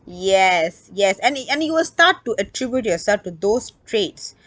yes yes and it and it will start to attribute yourself to those traits